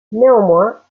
néanmoins